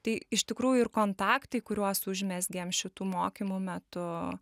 tai iš tikrųjų ir kontaktai kuriuos užmezgėm šitų mokymų metu